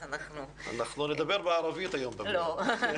אנחנו --- אנחנו נדבר בערבית היום בדיון.